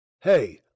Hey